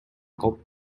калп